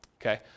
okay